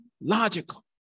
logical